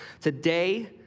today